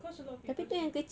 cause a lot of people say